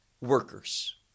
workers